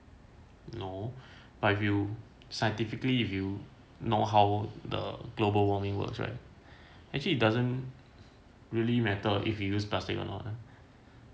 no but if you scientifically if you know how the global warming works right actually it doesn't really matter if you use plastic or not ah